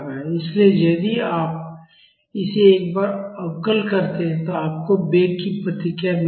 इसलिए यदि आप इसे एक बार अवकल करते हैं तो आपको वेग की प्रतिक्रिया मिलेगी